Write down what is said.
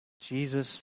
Jesus